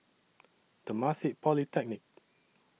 Temasek Polytechnic